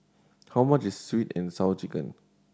how much is Sweet And Sour Chicken